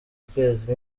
ukwezi